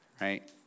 Right